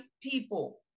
people